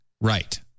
Right